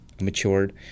matured